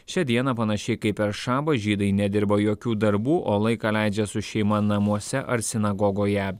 šią dieną panašiai kaip per šabą žydai nedirba jokių darbų o laiką leidžia su šeima namuose ar sinagogoje